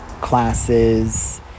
classes